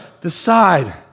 decide